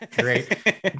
Great